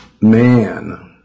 man